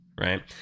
Right